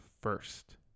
first